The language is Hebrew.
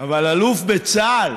אבל אלוף בצה"ל,